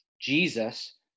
Jesus